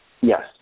Yes